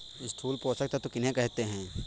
स्थूल पोषक तत्व किन्हें कहते हैं?